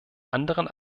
anderen